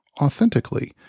authentically